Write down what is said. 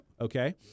Okay